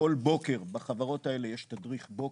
שכל בוקר יש בהן תדריך בוקר,